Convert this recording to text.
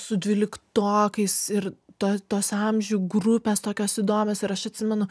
su dvyliktokais ir to tos amžių grupės tokios įdomios ir aš atsimenu